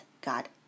God